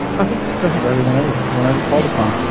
ok, go ahead ready whenever whenever called upon.